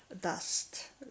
dust